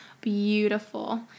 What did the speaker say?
beautiful